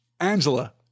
angela